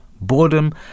Boredom